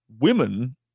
women